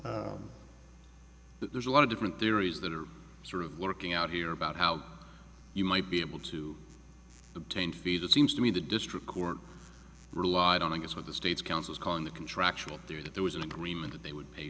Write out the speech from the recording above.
but there's a lot of different theories that are sort of lurking out here about how you might be able to obtained feed it seems to me the district court relied on i guess what the state's council is calling the contractual there that there was an agreement that they would pay